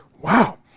Wow